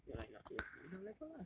ya lah ya lah in in our level lah